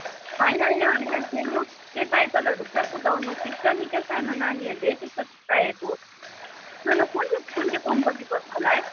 होइन होइन होइन खेल्नु त्यो साइकलहरू के कुदाउन सिक्छ नि के सानो नानीहरूले त्यस्तो चाहिएको हो सुन कुन चाहिँ कुन चाहिँ कम्पनीको छ होला है